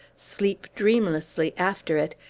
sleep dreamlessly after it,